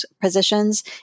positions